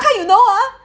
come you know ah